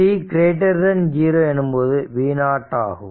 t0 எனும்போது v0 ஆகும்